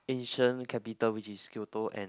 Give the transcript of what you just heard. ancient capital which is Kyoto and